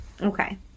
okay